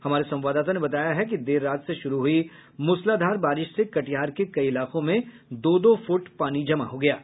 हमारे संवाददाता ने बताया है कि देर रात से शुरू हुई मुसलाधार बारिश से कटिहार के कई इलाकों में दो दो फूट पानी जमा हो गया है